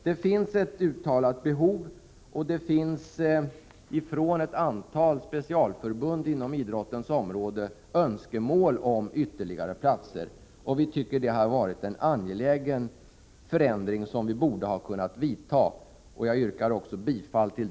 Det finns ett uttalat behov, och det finns från ett antal specialförbund inom idrottens område önskemål om ytterligare platser. Vi tycker att det är en angelägen förändring, som bör kunna genomföras. Jag yrkar bifall till förslaget härom.